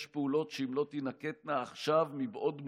יש פעולות שאם לא תינקטנה עכשיו, מבעוד מועד,